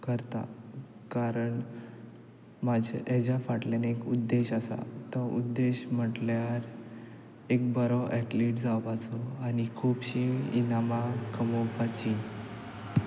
करता कारण हेज्या फाटल्यान एक उद्देश आसा तो उद्देश म्हटल्यार एक बरो एथलीथ जावपाचो आनी खुबशीं इनामां कमोवपाचीं